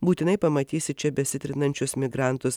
būtinai pamatysi čia besitrinančius migrantus